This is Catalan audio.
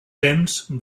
temps